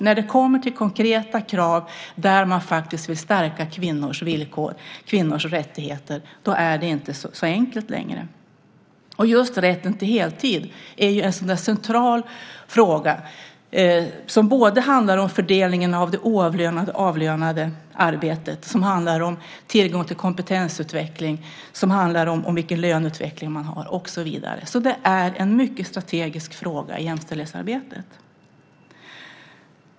När det kommer till konkreta krav där man vill stärka kvinnors villkor och rättigheter är det inte så enkelt längre. Rätten till heltid är en central fråga som handlar om fördelningen av det oavlönade och avlönade arbetet, tillgång till kompetensutveckling och om löneutveckling. Det är en mycket strategisk fråga i jämställdhetsarbetet.